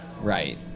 Right